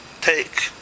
Take